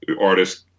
artist